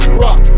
rock